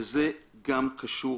וזה גם קשור